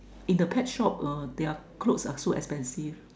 in the pet shop err their clothes are so expensive